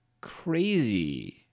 crazy